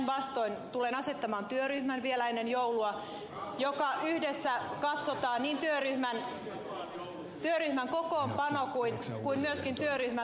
päinvastoin tulen asettamaan vielä ennen joulua työryhmän jossa yhdessä katsotaan niin työryhmän kokoonpano kuin myöskin työryhmän toimeksianto